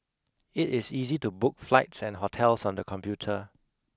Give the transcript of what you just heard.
it is easy to book flights and hotels on the computer